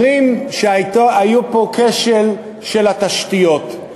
אומרים שהיה פה כשל של התשתיות.